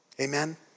Amen